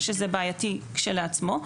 שזה בעייתי כשלעצמו,